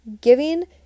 giving